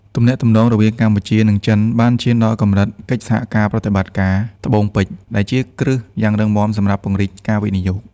ទំនាក់ទំនងរវាងកម្ពុជា និងចិន បានឈានដល់កម្រិត "កិច្ចសហប្រតិបត្តិការត្បូងពេជ្រ" ដែលជាគ្រឹះយ៉ាងរឹងមាំសម្រាប់ពង្រីកការវិនិយោគ។